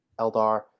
Eldar